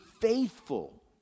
faithful